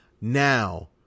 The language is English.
now